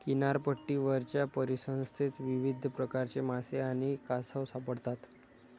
किनारपट्टीवरच्या परिसंस्थेत विविध प्रकारचे मासे आणि कासव सापडतात